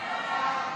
סעיף 1,